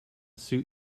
suit